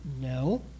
no